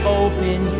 open